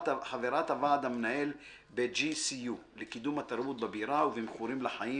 חברת הוועד המנהל ב-JCU לקידום התרבות בבירה ו"במכורים לחיים"